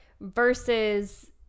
Versus